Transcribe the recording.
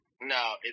No